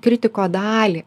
kritiko dalį